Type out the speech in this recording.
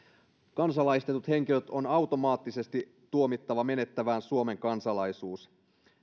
kansalaistetut henkilöt on automaattisesti tuomittava menettämään suomen kansalaisuus